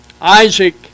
Isaac